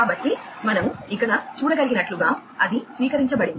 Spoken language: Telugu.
కాబట్టి మనము ఇక్కడ చూడగలిగినట్లుగా అది స్వీకరించబడింది